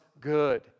good